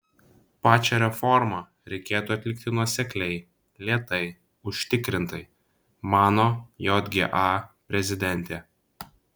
pačią reformą reikėtų atlikti nuosekliai lėtai užtikrintai mano jga prezidentė